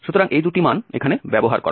সুতরাং এই দুটি মান এখানে ব্যবহার করা হবে